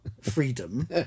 freedom